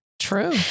True